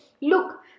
Look